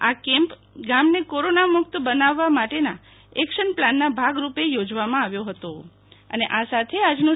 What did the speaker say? આ કેમ્પ ગામને કોરોના મુક્ત બનાવવા માટેના એક્સન પ્લાનના ભાગરૂપે યોજવામાં આવ્યો ફતો